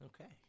Okay